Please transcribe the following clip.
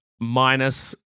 minus